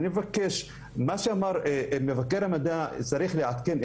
אני מבקש: את מה שאמר מבקר המדינה צריך לעדכן,